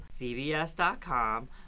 cbs.com